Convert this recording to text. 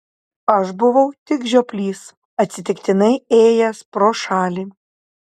aš buvau tik žioplys atsitiktinai ėjęs pro šalį